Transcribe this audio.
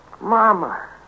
Mama